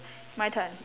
my turn